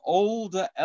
older